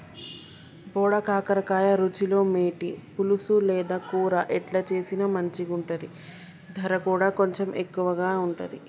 బోడ కాకర రుచిలో మేటి, పులుసు లేదా కూర ఎట్లా చేసిన మంచిగుంటది, దర కూడా కొంచెం ఎక్కువే ఉంటది